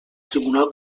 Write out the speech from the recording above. tribunal